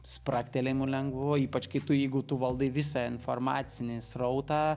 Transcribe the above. spragtelėjimu lengvu ypač kai tu jeigu tu valdai visą informacinį srautą